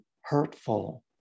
hurtful